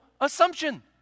assumption